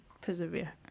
Persevere